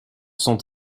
sont